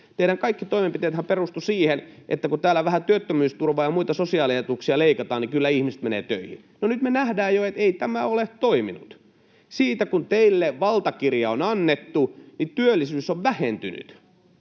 Teidän kaikki toimenpiteennehän perustuivat siihen, että kun täällä vähän työttömyysturvaa ja muita sosiaalietuuksia leikataan, niin kyllä ihmiset menevät töihin. No, nyt me nähdään jo, että ei tämä ole toiminut. Siitä, kun teille valtakirja on annettu, työllisyys on vähentynyt